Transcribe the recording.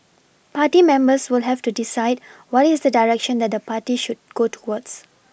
party members will have to decide what is the direction that the party should go towards